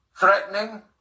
threatening